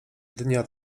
dnia